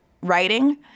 writing